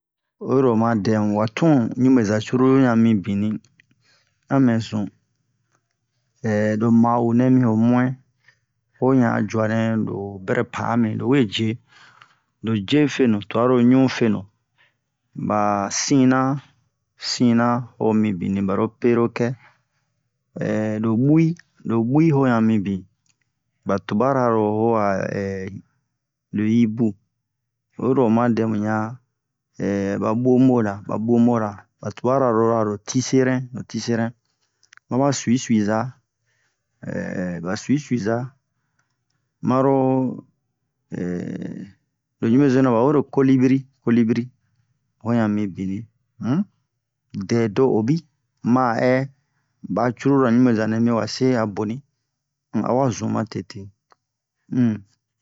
Oyi ro oma dɛmu wa tun ɲubeza cruru yan mibini a mɛ zun lo ma'u nɛ mi ho mu'in ho yan a juanɛ lo bɛrɛ pa'a mi lo we je lo jefenu tuaro ɲufenu ba sinan sinan ho mibini baro perokɛ lo bu'i lo bu'i ho yan mibin ba tubara lo ho a le hibu oyi ro oma dɛmu yan ba bomora ba bomora ba tubara lo aro tiserin lo tiserin ma ba sui-suiza ba sui-suiza maro lo ɲubezo nɛ ba wero kolibri kolibri ho yan mibin um dɛdo-obi ma ɛ ba cruru a ɲubezanɛ mi wa se a boni a wa zun ma tete um